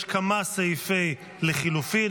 יש כמה סעיפי לחלופין,